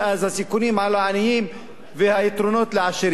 ואז הסיכונים על העניים והיתרונות לעשירים.